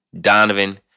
Donovan